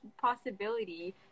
possibility